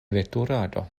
veturado